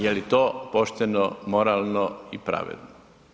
Je li to pošteno, moralno i pravedno?